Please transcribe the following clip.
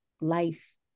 life